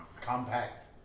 Compact